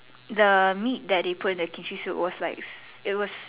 the meat that they put in the Kimchi soup was like it was